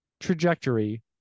Trajectory